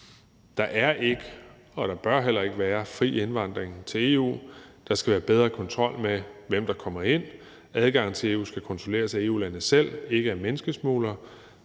Der er ikke, og der bør heller ikke være fri indvandring til EU. Der skal være bedre kontrol med, hvem der kommer ind. Adgangen til EU skal kontrolleres af EU-landene selv, ikke af menneskesmuglere.